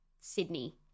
Sydney